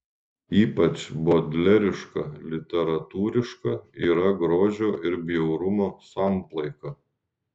ypač bodleriška literatūriška yra grožio ir bjaurumo samplaika